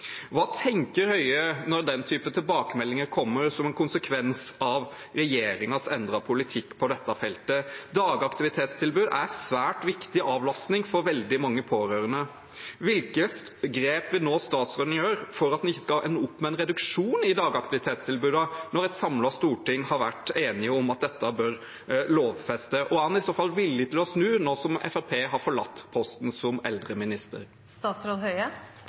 Hva tenker Høie når den typen tilbakemeldinger kommer som en konsekvens av regjeringens endrede politikk på dette feltet? Dagaktivitetstilbud er en svært viktig avlastning for veldig mange pårørende. Hvilke grep vil statsråden nå ta for at man ikke skal få en reduksjon i dagaktivitetstilbudene når et samlet storting har vært enig om at dette bør lovfestes? Er han i så fall villig til å snu nå som Fremskrittspartiet har forlatt posten som